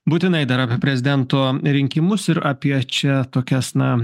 būtinai dar apie prezidento rinkimus ir apie čia tokias na